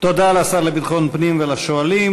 תודה לשר לביטחון פנים ולשואלים.